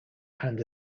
hand